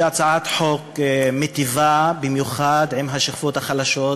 שהיא הצעת חוק מיטיבה במיוחד עם השכבות החלשות,